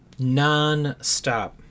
Nonstop